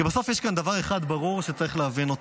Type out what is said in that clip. כי בסוף יש כאן דבר אחד ברור שצריך להבין אותו: